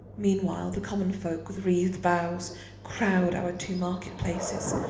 meanwhile, the common folk, with wreathed boughs crowd our two market-places,